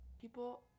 people